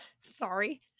Sorry